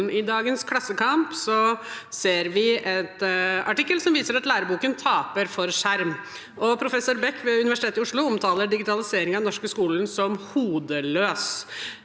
I dagens Klassekampen ser vi en artikkel som viser at læreboken taper for skjerm. Og professor Beck ved Universitetet i Oslo omtaler digitaliseringen i den norske skolen som hodeløs.